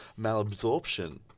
malabsorption